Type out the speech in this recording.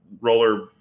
roller